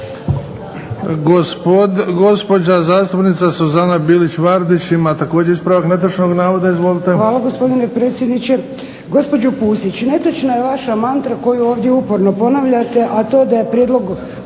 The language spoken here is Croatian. (HDZ)** Gospođa zastupnica Suzana Bilić VArdić ima također ispravak netočnog navoda. Izvolite. **Bilić Vardić, Suzana (HDZ)** Hvala gospodine predsjedniče. Gospođo PUsić, netočna je vaša mantra koju ovdje uporno ponavljate, a to je ovaj prijedlog